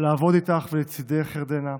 לעבוד איתך ולצידך, ירדנה,